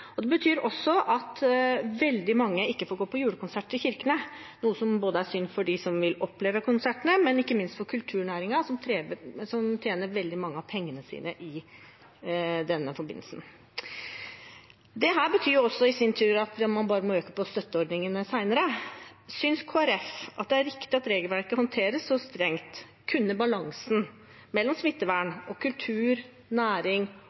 tider. Det betyr også at veldig mange ikke får gått på julekonsert i kirkene, noe som er synd for dem som vil oppleve konsertene, men ikke minst for kulturnæringen som tjener veldig mange av pengene sine i forbindelse med dette. Dette betyr også i sin tur at man bare må øke støtteordningene senere. Synes Kristelig Folkeparti det er riktig at regelverket håndteres så strengt? Kunne balansen mellom smittevern og kultur, næring